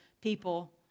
people